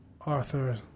Arthur